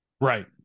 right